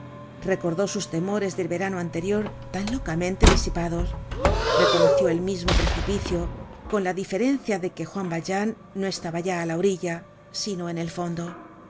recordó sus temores del verano anterior tan locamente disipados reconoció el mismo precipicio con la diferencia de que juan valjean no estaba ya á la orilla sino en el fondo